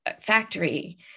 factory